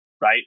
right